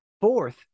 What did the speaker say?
fourth